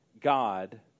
God